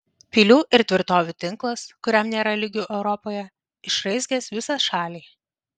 pilių ir tvirtovių tinklas kuriam nėra lygių europoje išraizgęs visą šalį